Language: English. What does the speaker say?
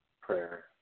prayer